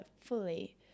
fully